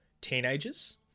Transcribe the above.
teenagers